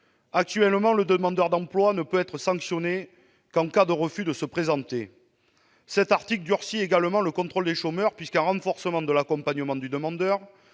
Actuellement le demandeur d'emploi ne peut être sanctionné qu'en cas de refus de se présenter. Cet article durcit également le contrôle des chômeurs, puisqu'un renforcement de l'accompagnement du demandeur